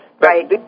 Right